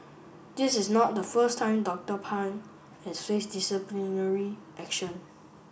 this is not the first time Doctor Pang has faced disciplinary action